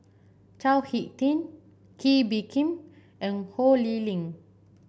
Chao HicK Tin Kee Bee Khim and Ho Lee Ling